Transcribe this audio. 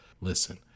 Listen